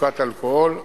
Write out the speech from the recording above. בדיקות אלכוהול וכו'.